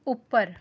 ਉੱਪਰ